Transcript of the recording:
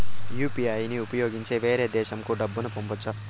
UPI ని ఉపయోగించి వేరే దేశంకు డబ్బును పంపొచ్చా?